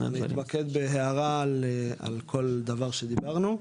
אני אתמקד בהערה על כל דבר שדיברנו,